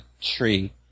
tree